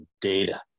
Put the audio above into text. data